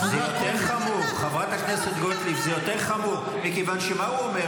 אני בכלל לא מבינה מה זאת ההחלטה שלא מחזיקה מים.